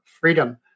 freedom